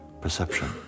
perception